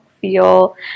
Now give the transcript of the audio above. feel